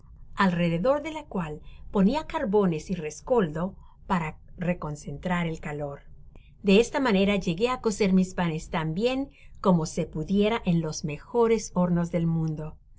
alrededor de la cual ponia carbones y reseoljo para reconcentrar el calor de esta manera llegué a cocer mis panes tan bien como se pudiera en los mejores hornos del mundo